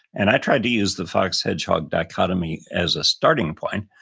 and i try to use the fox hedgehog dichotomy as a starting point.